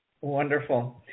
Wonderful